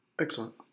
Excellent